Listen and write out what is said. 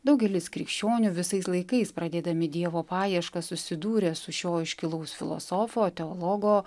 daugelis krikščionių visais laikais pradėdami dievo paieškas susidūrė su šio iškilaus filosofo teologo